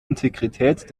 integrität